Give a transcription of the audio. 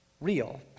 real